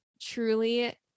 truly